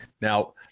now